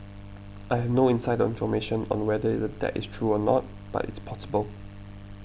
I have no inside information on whether that is true or not but it's possible